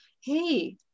hey